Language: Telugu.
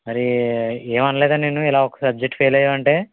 మరీ ఏమనలేదా నిన్ను ఇలా ఒక సబ్జెక్ట్ ఫెయిల్ అయ్యావంటే